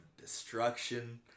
destruction